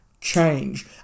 change